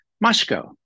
Moscow